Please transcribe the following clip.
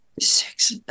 six